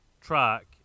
track